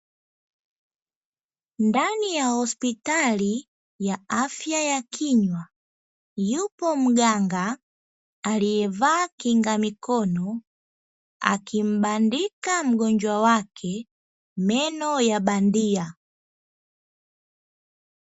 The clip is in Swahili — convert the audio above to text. Ndani ya hospitali ya afya ya kinywa, yupo mganga aliyevaa kinga mikono, akimbandika mgonjwa wake meno ya bandia.